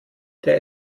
der